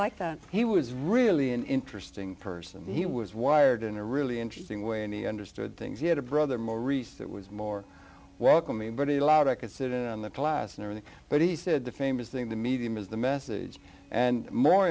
like that he was really an interesting person he was wired in a really interesting way and he understood things he had a brother maurice that was more welcoming but a lot i could sit in the class and but he said the famous thing the medium is the message and more